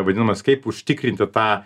vadinamas kaip užtikrinti tą